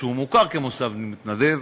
שמוכר כמוסד מתנדב,